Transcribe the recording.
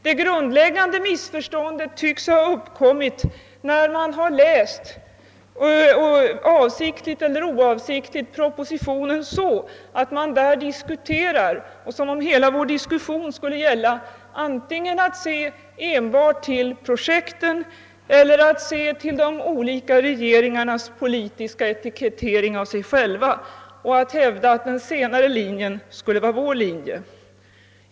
Det grundläggande missförståndet tycks ha uppkommit när man har läst — avsiktligt eller oavsiktligt — propositionen som om hela vår diskussion gällde antingen att se enbart till projekten eller att se till de olika regeringarnas politiska etikettering av sig själva. Man har då hävdat att den senare linjen skulle vara vår.